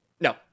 No